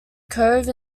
cove